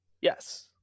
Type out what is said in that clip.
Yes